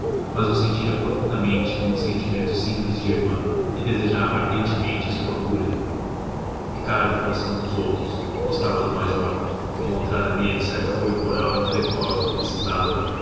mas o sentira profundamente com o sentimento simples de irmã e desejava ardentemente a sua cura ricardo coração dos outros gostava do major encontrara nele certo apoio moral e intelectual de que precisava